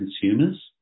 consumers